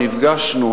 נפגשנו,